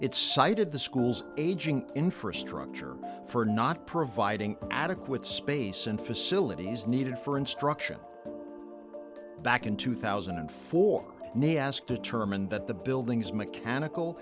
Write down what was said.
it cited the school's aging infrastructure for not providing adequate space and facilities needed for instruction back in two thousand and four nate asked determined that the building's mechanical